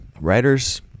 writers